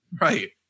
Right